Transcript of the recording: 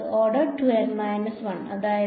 order 2 N 1 അതായത്